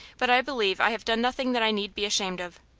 but i believe i have done nothing that i need be ashamed of.